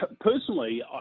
personally